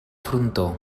frontó